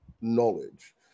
knowledge